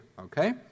Okay